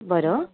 बरं